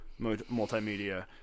multimedia